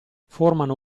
formano